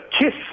Kiss